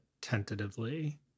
tentatively